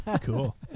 Cool